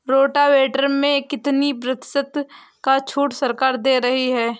Rotavator में कितनी प्रतिशत का छूट सरकार दे रही है?